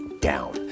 down